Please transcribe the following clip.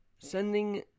sending